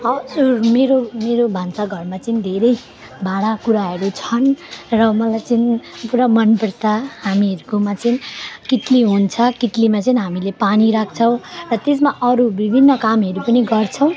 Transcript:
हजुर मेरो मेरो भान्साघरमा चाहिँ धेरै भाँडाकुँडाहरू छन् र मलाई चाहिँ पुरा मन पर्छ हामीहरूकोमा चाहिँ कितली हुन्छ कितलीमा चाहिँ हामीले पानी राख्छौँ र त्यसमा अरू विभिन्न कामहरू पनि गर्छौँ